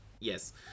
Yes